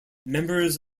members